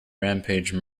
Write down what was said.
rampage